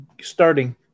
starting